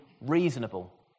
reasonable